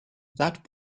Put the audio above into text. that